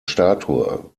statue